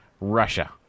Russia